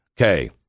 Okay